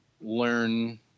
learn